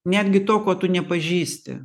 netgi to ko tu nepažįsti